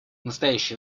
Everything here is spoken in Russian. настоящее